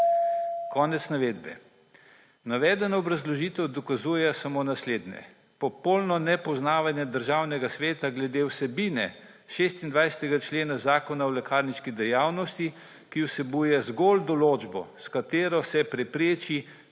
Konec navedbe. Navedena obrazložitev dokazuje samo naslednje: popolno nepoznavanje Državnega sveta glede vsebine 26. člena Zakona o lekarniški dejavnosti, ki vsebuje zgolj določbo, s katero se prepreči